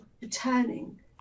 returning